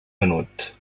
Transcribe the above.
venut